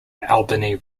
albany